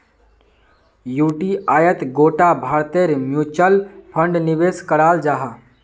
युटीआईत गोटा भारतेर म्यूच्यूअल फण्ड निवेश कराल जाहा